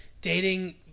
dating